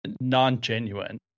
non-genuine